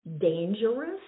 dangerous